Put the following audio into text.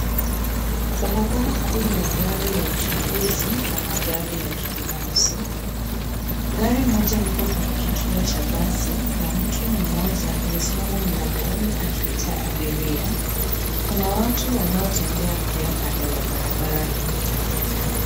Barabara kuu ya gari ya uchukuzi na magari ya kibinafsi. Gari moja liko kwenye kituo cha basi na mtu mmoja amesimama mlangoni akiita abiria. Kuna watu wanaotembea pia kando ya barabara hiyo.